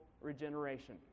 regeneration